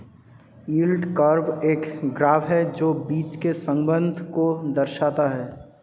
yield curve एक graph है जो बीच के संबंध को दर्शाता है